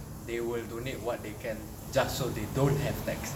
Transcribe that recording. they will donate what they can just so they don't have taxes